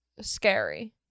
scary